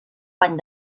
pany